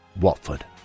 Watford